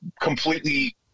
completely